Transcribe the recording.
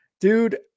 dude